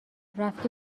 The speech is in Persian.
رفتی